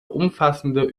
umfassende